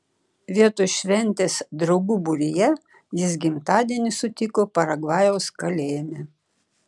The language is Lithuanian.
vietoj šventės draugų būryje jis gimtadienį sutiko paragvajaus kalėjime